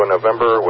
November